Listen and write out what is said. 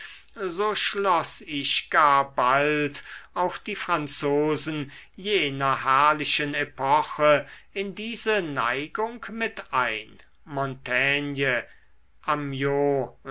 so schloß ich gar bald auch die franzosen jener herrlichen epoche in diese neigung mit ein montaigne